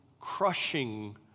crushing